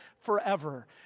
forever